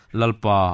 lalpa